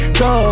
go